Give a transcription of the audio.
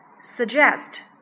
Suggest